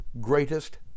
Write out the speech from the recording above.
greatest